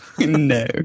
no